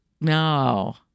No